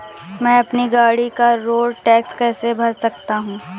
मैं अपनी गाड़ी का रोड टैक्स कैसे भर सकता हूँ?